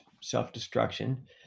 self-destruction